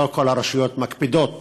לא כל הרשויות מקפידות,